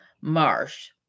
Marsh